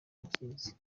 bakizi